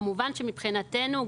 כמובן שמבחינתנו,